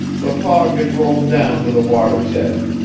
the fog had rolled down to the water's edge,